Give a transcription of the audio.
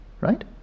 right